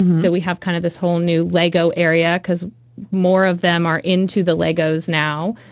so we have kind of this whole new lego area because more of them are into the legos now.